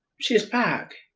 she's back?